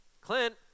Clint